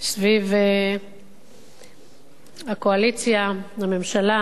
סביב הקואליציה, הממשלה,